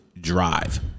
drive